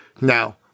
Now